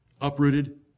Uprooted